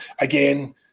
again